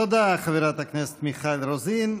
תודה, חברת הכנסת מיכל רוזין.